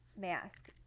mask